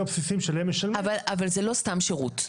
הבסיסיים שעליהם משלמים --- זה לא סתם שירות.